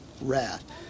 wrath